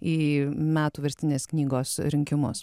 į metų verstinės knygos rinkimus